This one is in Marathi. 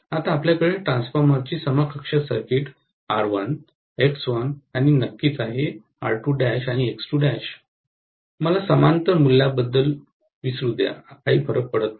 आता आपल्याकडे ट्रान्सफॉर्मरची समकक्ष सर्किट R1 X1 आणि R 2 and X2नक्कीच आहे मला समांतर मूल्यांबद्दल विसरू द्या काही फरक पडत नाही